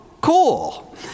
cool